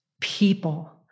people